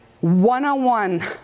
One-on-one